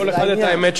כל אחד, את האמת שלו.